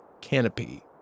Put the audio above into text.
canopy